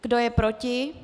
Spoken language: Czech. Kdo je proti?